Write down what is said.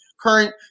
current